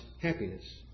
happiness